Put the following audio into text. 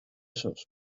esos